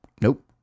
nope